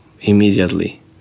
immediately